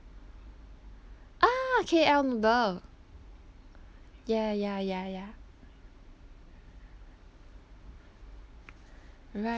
ah K_L noodle ya ya ya ya right